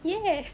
ya